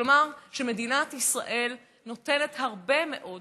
כלומר, מדינת ישראל נותנת הרבה מאוד כסף,